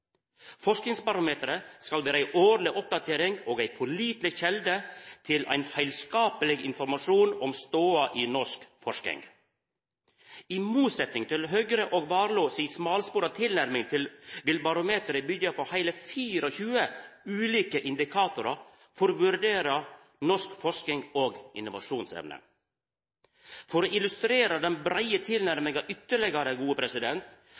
Forskingsbarometeret skal vera ei årleg oppdatering og ei påliteleg kjelde til heilskapleg informasjon om stoda i norsk forsking. I motsetning til Høgre og Warloe si smalspora tilnærming vil barometeret byggja på heile 24 ulike indikatorar for å vurdera norsk forsking og innovasjonsevne. For å illustrera den breie